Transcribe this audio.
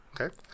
okay